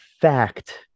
fact